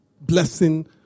blessing